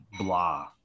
blah